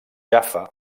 jaffa